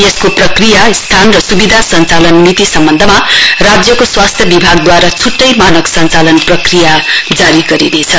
यसको प्रक्रिया स्थान र सुबिधा संचालन मिति सम्बन्धमा राज्यको स्वास्थ्य विभागदूवारा छुट्टै मानक सञ्चालन प्रक्रिया जारी गरिनेछ